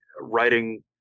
writing